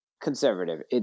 conservative